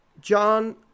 John